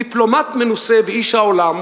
דיפלומט מנוסה ואיש העולם,